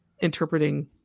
interpreting